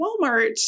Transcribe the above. Walmart